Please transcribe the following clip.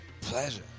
pleasure